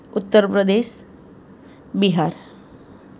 Uttar Pradesh Bihar